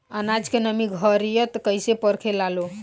आनाज के नमी घरयीत कैसे परखे लालो?